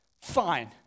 Fine